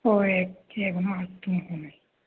ओ ए एवं हा